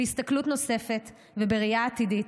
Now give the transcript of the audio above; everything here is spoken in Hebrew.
בהסתכלות נוספת ובראייה עתידית,